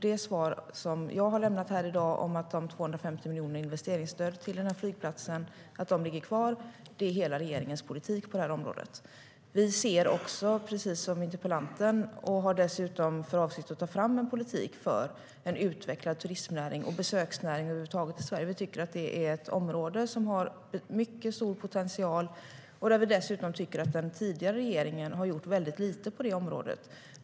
Det svar som jag har lämnat här i dag, att de 250 miljonerna i investeringsstöd till flygplatsen ligger kvar, är hela regeringens politik på detta område. Vi ser det på samma sätt som interpellanten, och vi har dessutom för avsikt att ta fram en politik för en utvecklad turismnäring och besöksnäring över huvud taget i Sverige. Vi tycker att det är ett område som har mycket stor potential. Vi tycker dessutom att den tidigare regeringen gjorde väldigt lite på det området.